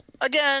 Again